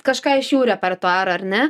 kažką iš jų repertuaro ar ne